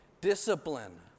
discipline